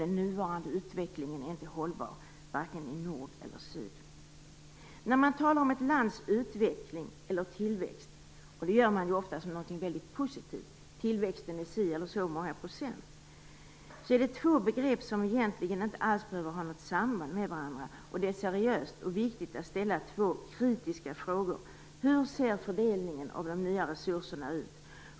Den nuvarande utvecklingen är inte hållbar vare sig i nord eller i syd. När man talar om ett lands utveckling eller tillväxt, och det gör man ofta som någonting väldigt positivt och säger att tillväxten är si eller så många procent, handlar det om två begrepp som egentligen inte alls behöver ha något med varandra. Det är seriöst och viktigt att ställa två kritiska frågor: Hur ser fördelningen av de nya resurserna ut?